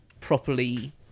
properly